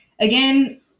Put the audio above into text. again